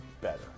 better